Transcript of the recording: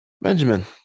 benjamin